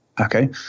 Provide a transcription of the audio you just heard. okay